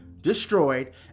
destroyed